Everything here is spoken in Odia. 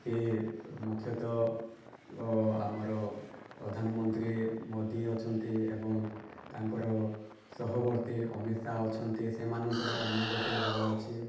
କି ମୁଖ୍ୟତଃ ଆମର ପ୍ରଧାନମନ୍ତ୍ରୀ ମୋଦି ଅଛନ୍ତି ଏବଂ ତାଙ୍କର ସହବର୍ତ୍ତୀ ଅମିତ ସାହ ଅଛନ୍ତି ସେମାନଙ୍କର ଅନ୍ୟ ଗୋଟେ ଦଳ ଅଛି